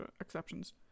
exceptions